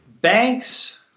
Banks